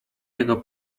jego